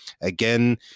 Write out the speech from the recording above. again